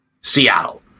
Seattle